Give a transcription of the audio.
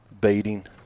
baiting